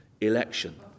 election